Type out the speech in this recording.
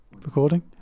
recording